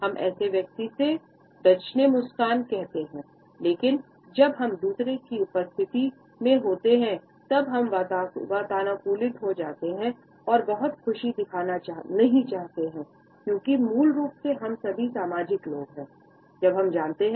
हम ऐसे समय में दुचंने मुस्कान करते है लेकिन जब हम दूसरों की उपस्थिति में होते हैं तब हम वातानुकूलित हो जाते हैं और बहुत खुशी दिखाना नहीं चाहते है क्योंकि मूल रूप से हम सभी सामाजिक लोग हैं